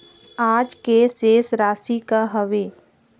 आज के शेष राशि का हवे?